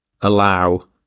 allow